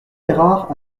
errard